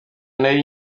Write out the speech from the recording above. nari